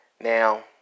Now